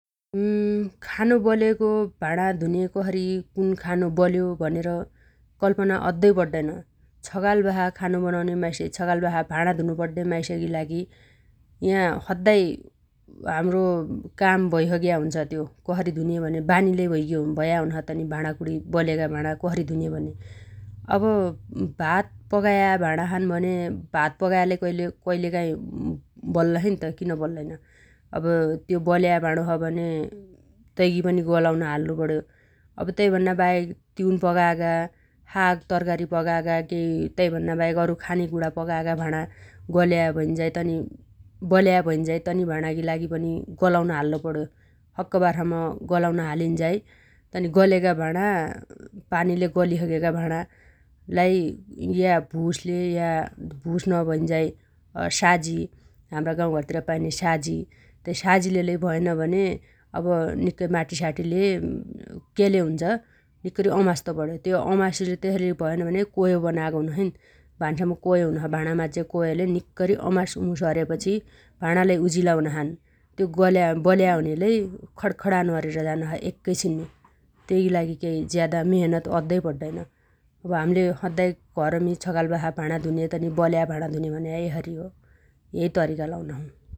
खानो बलेगो भाडो धुने कसरी? कुन खानो बल्यो? भनेर कल्पना अद्दोइ पड्डैन । छगाल बासा खानो बनाउने माइसै छगाल बासा भाडा धुनु पड्डे माइसगी लागि या सद्दाइ हाम्रो काम भैसग्या हुन्छ । त्यो कसरी धुने भनेर बानी लै भैसग्या हुनछ तनी भाडाकुडी बलेगा भाडा कसरी धुने भनी । अब भात पगाया भाडा छन् भन्या भात पगाया लै कैलकाइ बल्ल छैन्त किन बल्लैन । अब त्यो बल्या भाडो छ भने तैगी पनि गलाउन हाल्लु पण्यो । अब तैभन्नाबाहेक तिउन पगागा, साग तरकारी पगागा, केइ तैभन्नाबाहेक अरु खानेकुणा पगागा भाडा गल्या भैन्झाइ तनी बल्या भैन्झाइ तनी भाडागी लागी पनि गलाउन हाल्लु पण्यो । सक्कबार सम्म गलाउन हालिन्झाइ तनी गलेगा भाडा पानीले गलिसगेगा भाडालाइ या भुसले या भुस नभैन्झाइ साजी हाम्रा गाउँघरतिर पाइन्या साजी तै साजीले लै भएन भने अब निक्कै माटीसाटीले केले हुन्छ निक्कैरी अमास्तो पण्यो । त्यो अमासेर तेसरी भएन भने कोयो बनागो हुनोछैन भान्साम्बो कोयो हुनोछ । भाडा माज्जे कोयोले निक्कैरी अमासउमुस अरेपछि भाडालै उजिला हुनाछन् । त्यो गल्या बल्या हुन्या लै खण्खणानो अरेर झानोछ एकैछिनमी । तैगी लागि ज्यादा केइ अद्दै पड्डैन । अब हाम्ले सद्दाइ घरमी छगाल बासा भाडा धुने तनी बल्या भाणा धुने भन्या यसरी हो । यै तरीका लाउना छौ ।